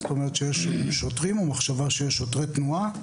זאת אומרת המחשבה שיש שוטרי תנועה,